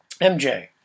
MJ